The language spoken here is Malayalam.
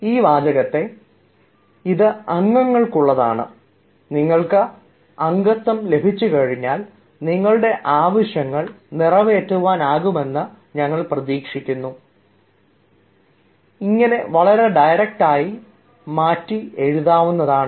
ഈ വാചകത്തെ 'ഇത് അംഗങ്ങൾക്കുള്ളതാണ് നിങ്ങൾക്ക് അംഗത്വം ലഭിച്ചുകഴിഞ്ഞാൽ നിങ്ങളുടെ ആവശ്യങ്ങൾ നിറവേറ്റുവാനാകുമെന്ന് ഞങ്ങൾ പ്രതീക്ഷിക്കുന്നു' എന്ന് വളരെ ഡയറക്ടായി മാറ്റി എഴുതാവുന്നതാണ്